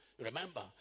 Remember